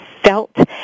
felt